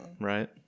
right